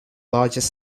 largest